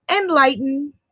Enlighten